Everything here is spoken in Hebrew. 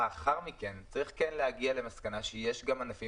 לאחר מכן כן צריך להגיע למסקנה שיש גם ענפים